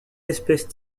espèces